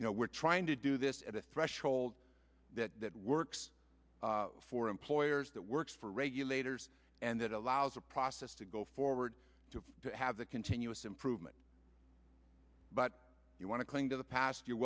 you know we're trying to do this at a threshold that works for employers that works for regulators and that allows a process to go forward to have the continuous improvement but you want to cling to the past you're